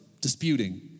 disputing